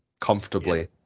comfortably